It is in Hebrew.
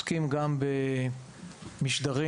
עוד מעט נתייחס קצת לנושא הזה.